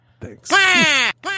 thanks